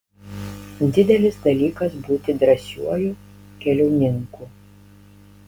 didelis dalykas būti drąsiuoju keliauninku